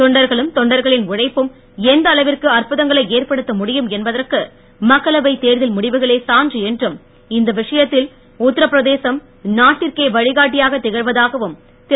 தொண்டர்களும் தொண்டர்களின் உழைப்பும் எந்த அளவிற்கு அற்புதங்களை ஏற்படுத்த முடியும் என்பதற்கு மக்களவைத் தேர்தல் முடிவுகளே சான்று என்றும் இந்த விஷயத்தில் உத்தரப்பிரதேசம் நாட்டிற்கே வழிகாட்டியாக திகழ்வதாகவும் திரு